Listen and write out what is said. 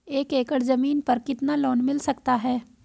एक एकड़ जमीन पर कितना लोन मिल सकता है?